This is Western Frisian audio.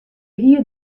hie